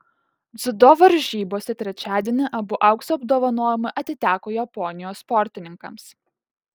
dziudo varžybose trečiadienį abu aukso apdovanojimai atiteko japonijos sportininkams